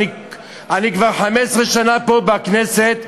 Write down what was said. אני כבר 15 שנים פה בכנסת,